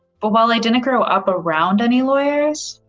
but while i didn't grow up around any lawyers,